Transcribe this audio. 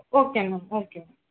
okay ma'am okay